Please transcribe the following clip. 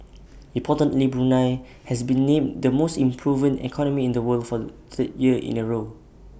importantly Brunei has been named the most improved economy in the world for the third year in A row